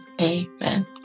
amen